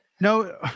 No